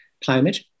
Climate